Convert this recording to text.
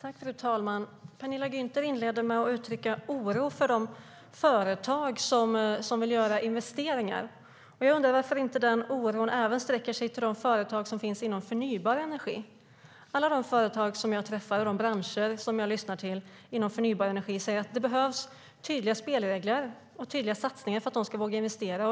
Fru talman! Penilla Gunther inledde med att uttrycka oro för de företag som vill göra investeringar. Jag undrar varför inte den oron även sträcker sig till företag inom förnybar energi. De företag jag träffar och de branscher jag lyssnar till säger att det behövs tydliga spelregler och tydliga satsningar för att de ska våga investera.